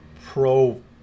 pro